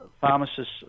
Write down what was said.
pharmacists